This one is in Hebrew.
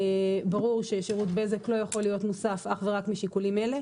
ברור ששירות בזק לא יכול להיות מוסף אך ורק משיקולים אלה,